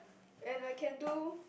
and I can do